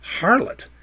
harlot